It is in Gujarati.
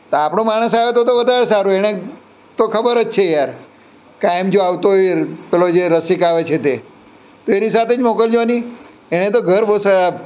તો આપણો માણસ આવે તો તો વધારે સારું એને તો ખબર જ છે યાર કાયમ જો આવતો હોય પેલો જે રસિક આવે છે તે તો એની સાથે જ મોકલજો ને એણે તો ઘર બહુ